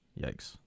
Yikes